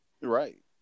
Right